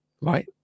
right